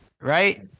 right